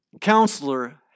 counselor